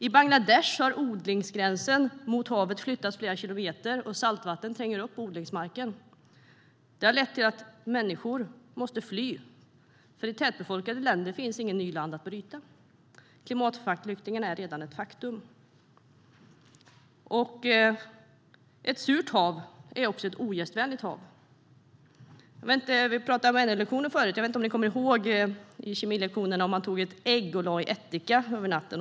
I Bangladesh har odlingsgränsen mot havet flyttats flera kilometer, och saltvatten tränger upp på odlingsmarken. Det har lett till att människor måste fly, för i tätbefolkade länder finns ingen ny mark att bryta. Klimatflyktingarna är redan ett faktum. Ett surt hav är också ett ogästvänligt hav. Vi talade om NO-lektioner förut. Jag vet inte om ni kommer ihåg när man på kemilektionerna tog ett ägg och lade i ättika över natten.